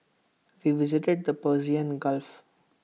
we visited the Persian gulf